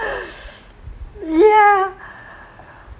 ya